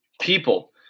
people